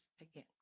again